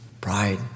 Pride